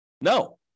No